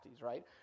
right